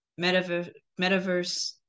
metaverse